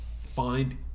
find